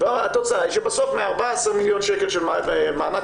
התוצאה היא שבסוף מ-14 מיליון שקל של מענק